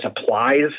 supplies